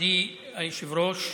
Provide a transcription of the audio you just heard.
מכובדי היושב-ראש,